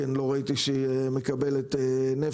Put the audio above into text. לא ראיתי שהסוגיה מקבל נפח.